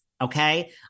Okay